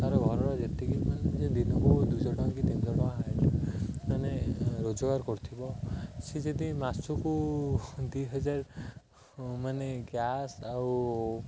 ତା'ର ଘରର ଯେତିକି ମାନେ ଦିନକୁ ଦୁଇ ଶହ ଟଙ୍କା କି ତିନି ଶହ ଟଙ୍କା ମାନେ ରୋଜଗାର କରୁଥିବ ସେ ଯଦି ମାସକୁ ଦୁଇ ହଜାର ମାନେ ଗ୍ୟାସ୍ ଆଉ